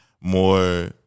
more